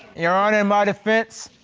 your honor, in my defense,